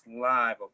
live